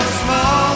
small